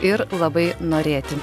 ir labai norėti